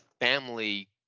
family